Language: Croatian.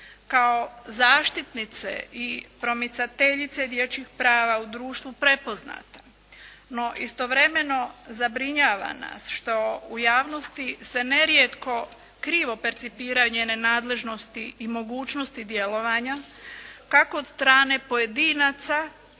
kao zaštitnice i promicateljice dječjih prava u društvu prepoznata. No istovremeno zabrinjava nas što u javnosti se nerijetko krivo percipiranje nenadležnosti i mogućnosti djelovanja kako od strane pojedinaca